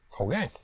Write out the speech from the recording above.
Okay